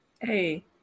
Hey